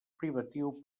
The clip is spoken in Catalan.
privatiu